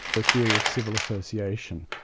the theory of civil association.